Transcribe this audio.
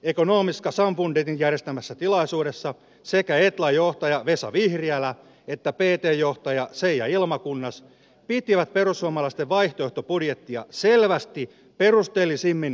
ekonomiska samfundetin järjestämässä tilaisuudessa sekä etlan johtaja vesa vihriälä että ptn johtaja seija llmakunnas pitivät perussuomalaisten vaihtoehtobudjettia selvästi perusteellisimmin valmisteltuna